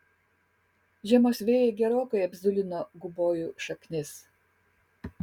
žiemos vėjai gerokai apzulino gubojų šaknis